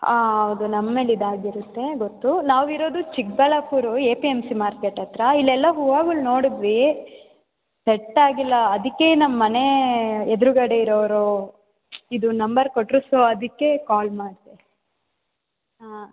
ಹಾಂ ಹೌದು ನಮ್ಮ ಮೇಲೆ ಇದಾಗಿರುತ್ತೆ ಗೊತ್ತು ನಾವಿರೋದು Chikballapur A P M C market ಹತ್ರ ಇಲ್ಲೆಲ್ಲ ಹೂವಾಗಳು ನೋಡಿದ್ವಿ ಸೆಟ್ ಆಗಿಲ್ಲ ಅದಕ್ಕೇ ನಮ್ಮ ಮನೆ ಎದುರುಗಡೆ ಇರೋರು ಇದು ನಂಬರ್ ಕೊಟ್ಟರು ಸೋ ಅದಕ್ಕೆ ಕಾಲ್ ಮಾಡಿದೆ ಹಾಂ